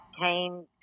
came